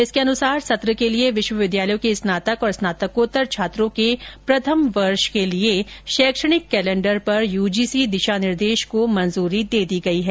इसके अनुसार सत्र के लिए विश्वविद्यालयों के स्नातक और स्नातकोत्तर छात्रों के प्रथम वर्ष के लिए शैक्षणिक कलैण्डर पर यूजीसी दिशा निर्देश को मंजूरी दे दी गई है